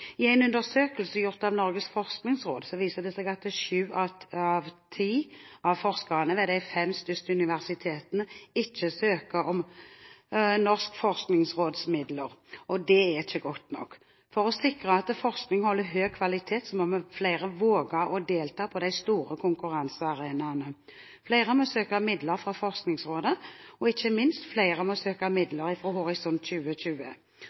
I en undersøkelse gjort av Norges forskningsråd viser det seg at 7 av 10 av forskerne ved de fem største universitetene ikke søker om forskningsmidler fra Forskningsrådet, og det er ikke godt nok. For å sikre at forskning holder høy kvalitet må flere våge å delta på de store konkurransearenaene. Flere må søke midler fra Forskningsrådet, og ikke minst: Flere må søke midler fra Horisont 2020.